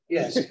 Yes